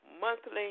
monthly